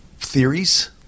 theories